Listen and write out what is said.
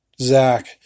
Zach